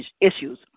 issues